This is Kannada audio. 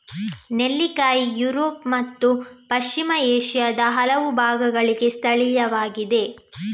ನೆಲ್ಲಿಕಾಯಿ ಯುರೋಪ್ ಮತ್ತು ಪಶ್ಚಿಮ ಏಷ್ಯಾದ ಹಲವು ಭಾಗಗಳಿಗೆ ಸ್ಥಳೀಯವಾಗಿದೆ